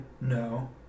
no